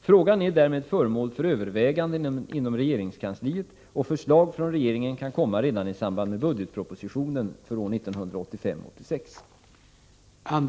Frågan är därmed föremål för överväganden inom regeringskansliet, och förslag från regeringen kan komma redan i samband med budgetpropositionen för 1985/86.